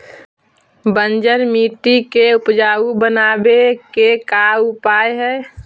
बंजर मट्टी के उपजाऊ बनाबे के का उपाय है?